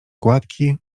gładki